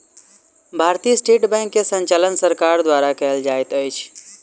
भारतीय state bank के संचालन सरकार द्वारा कयल जाइत अछि